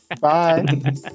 bye